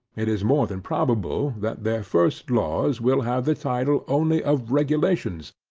it is more than probable that their first laws will have the title only of regulations,